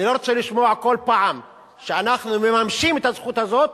אני לא רוצה לשמוע בכל פעם שאנחנו מממשים את הזכות הזאת